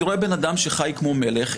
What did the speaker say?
אני רואה בן אדם שחי כמו מלך,